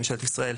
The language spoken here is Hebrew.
ממשלת ישראל,